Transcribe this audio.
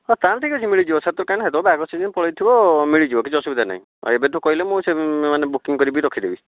ହଁ ତାନେ ଠିକ୍ ଅଛି ମିଳିଯିବ ସେତେବେଳେ ବାହାଘର ସିଜିନ୍ ପଳାଇଥିବ ମିଳିଯିବ କିଛି ଅସୁବିଧା ନାହିଁ ଆ ଏବେଠୁ କହିଲେ ମୁଁ ସେ ମାନେ ବୁକିଙ୍ଗ୍ କରିକି ରଖିଦେବି